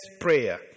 prayer